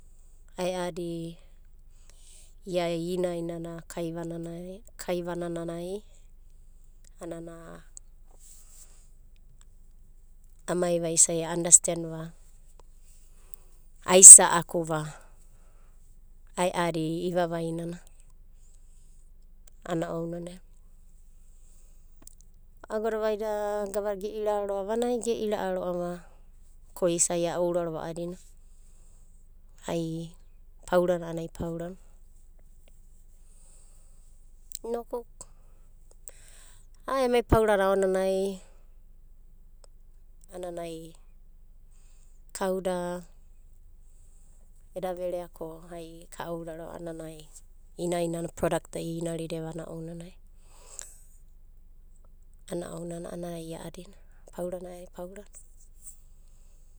Ae'adi ia inaina na kaivananai a'anana amaiva isa'i a andasten va aisa'aku va ae'adi ivavaina ana ounanai. Agoda vaida gavada ge'ira'ava a'anai ge ira'ava ai paura na a'anai paura na. Inoku a'a emai paura aonanai a'ananai kauda eda verea ko ai ka ouraro a'adina ana prodak da iradada a'ana ounanai. Ana ounanai a'adina a'anai a'adina paura na a'anai paurana.